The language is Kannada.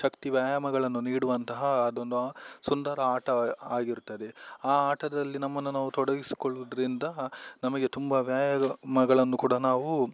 ಶಕ್ತಿ ವ್ಯಾಯಾಮಗಳನ್ನು ನೀಡುವಂತಹ ಅದೊಂದು ಸುಂದರ ಆಟ ಆಗಿರುತ್ತದೆ ಆ ಆಟದಲ್ಲಿ ನಮ್ಮನ್ನು ನಾವು ತೊಡಗಿಸಿಕೊಳ್ಳೋದ್ರಿಂದ ನಮಗೆ ತುಂಬಾ ವ್ಯಾಯಮಗಳನ್ನು ಕೂಡ ನಾವು